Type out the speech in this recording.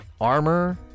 armor